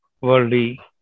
worldly